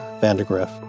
Vandegrift